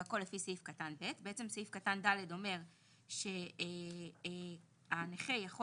והכול לפי סעיף קטן (ב)." סעיף (ד) אומר שהנכה יכול